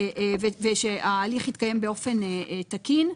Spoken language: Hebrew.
ושההליך התקיים באופן תקין.